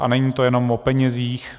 A není to jenom o penězích.